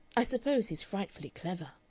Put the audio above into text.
i suppose he's frightfully clever,